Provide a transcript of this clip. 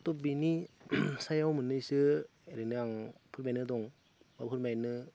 त' बेनि सायाव मोननैसो ओरैनो आं फोरमायनो दं एबा फोरमायनो